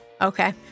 okay